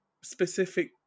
specific